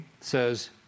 says